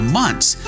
months